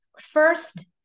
first